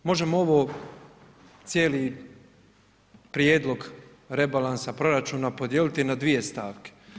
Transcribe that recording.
Možemo ovo cijeli prijedlog rebalansa proračuna podijeliti na dvije stavke.